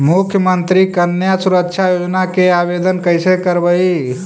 मुख्यमंत्री कन्या सुरक्षा योजना के आवेदन कैसे करबइ?